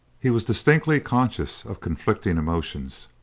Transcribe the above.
he was distinctly conscious of conflicting emotions.